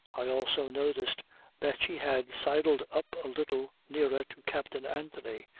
i also noticed that she had sidled up a little nearer to captain anthony,